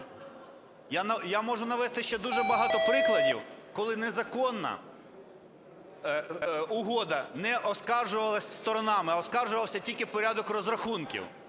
Я можу навести ще дуже багато прикладів, коли незаконна угода не оскаржувалась сторонами, а оскаржувався тільки порядок розрахунків.